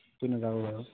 কি নাযাব বাৰু